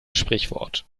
sprichwort